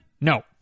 No